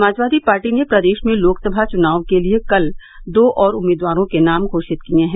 समाजवादी पार्टी ने प्रदेश में लोकसभा चुनाव के लिए कल दो और उम्मीदवारों के नाम घोषित किये हैं